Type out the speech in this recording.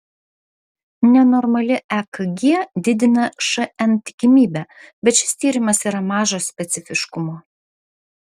nenormali ekg didina šn tikimybę bet šis tyrimas yra mažo specifiškumo